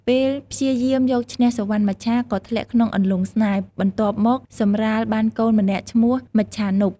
ពេលព្យាយាមយកឈ្នះសុវណ្ណមច្ឆាក៏ធ្លាក់ក្នុងអន្លង់ស្នេហ៍ បន្ទាប់មកសម្រាលបានកូនម្នាក់ឈ្មោះ មច្ចានុប។